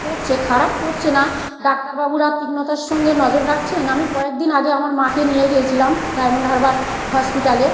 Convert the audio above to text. করছে খারাপ করছে না ডাক্তারবাবুরা তীক্ষ্ণতার সঙ্গে নজর রাখছেন আমি কয়েক দিন আগে আমার মাকে নিয়ে গিয়েছিলাম ডায়মন্ডহারবার হসপিটালে